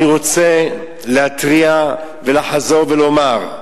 אני רוצה להתריע ולחזור ולומר: